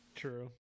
true